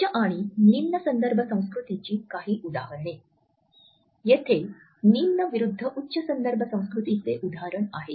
उच्च आणि निम्न संदर्भ संस्कृतीची काही उदाहरणे येथे निम्न विरूद्ध उच्च संदर्भ संस्कृतीचे उदाहरण आहे